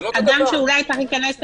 אדם שאולי צריך להיכנס לבידוד?